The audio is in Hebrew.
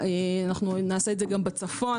נעשה זאת גם בצפון.